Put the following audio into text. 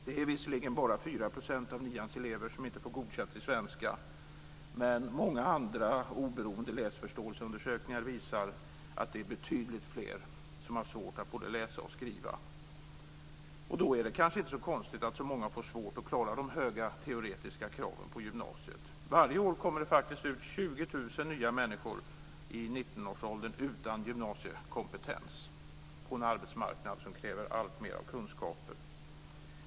Det är visserligen bara Men många andra oberoende läsförståelseundersökningar visar att det är betydligt fler som har svårt att både läsa och skriva. Och då är det kanske inte så konstigt att så många får svårt att klara de höga teoretiska kraven på gymnasiet. Varje år kommer det faktiskt ut 20 000 nya människor i 19-årsåldern utan gymnasiekompetens på en arbetsmarknad som kräver alltmer av kunskaper.